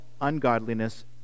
ungodliness